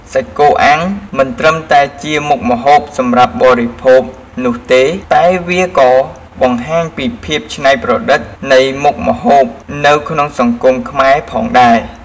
សាច់គោអាំងមិនត្រឹមតែជាមុខម្ហូបសម្រាប់បរិភោគនោះទេ តែវាក៏បង្ហាញពីភាពឆ្នៃប្រឌិតនៃមុខម្ហូបនៅក្នុងសង្គមខ្មែរផងដែរ។